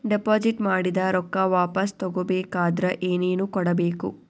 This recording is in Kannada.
ಡೆಪಾಜಿಟ್ ಮಾಡಿದ ರೊಕ್ಕ ವಾಪಸ್ ತಗೊಬೇಕಾದ್ರ ಏನೇನು ಕೊಡಬೇಕು?